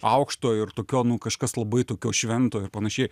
aukšto ir tokio nu kažkas labai tokio švento ir panašiai